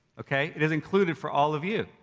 okay? it is included for all of you.